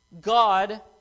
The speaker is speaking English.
God